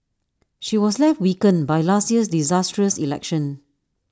she was left weakened by last year's disastrous election